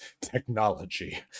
technology